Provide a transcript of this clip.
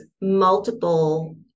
multiple